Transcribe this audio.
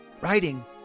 Writing